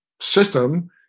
system